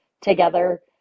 together